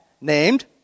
Named